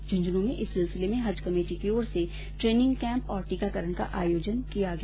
झुन्झुनूं में इस सिलसिले में हज कमेटी की ओर से ट्रेनिंग कैंप और टीकाकरण का आयोजन किया गया